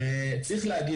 בסוף,